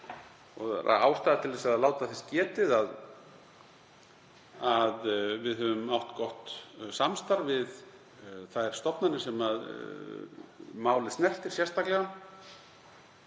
Það er ástæða til að láta þess getið að við höfum átt gott samstarf við þær stofnanir sem málið snertir sérstaklega,